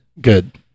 Good